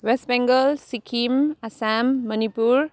West Bengal Sikkim Assam Manipur